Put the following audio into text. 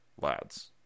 lads